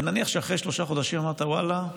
ונניח שאחרי שלושה חודשים אמרת: ואללה,